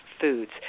foods